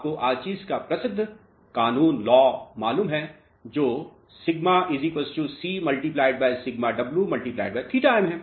आपको आर्ची का प्रसिद्ध कानून मिलता है जो σ c σw θm है